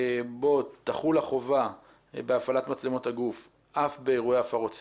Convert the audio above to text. בו תחול החובה בהפעלת מצלמות הגוף אף באירועי הפרות סדר.